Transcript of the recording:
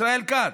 ישראל כץ,